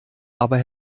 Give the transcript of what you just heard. aber